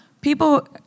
people